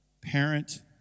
parent